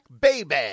Baby